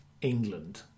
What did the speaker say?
England